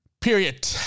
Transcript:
Period